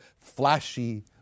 flashy